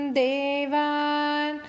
devan